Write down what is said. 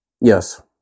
Yes